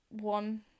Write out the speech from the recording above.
one